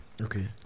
Okay